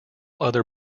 other